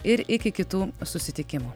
ir iki kitų susitikimų